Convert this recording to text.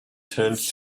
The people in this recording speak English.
turned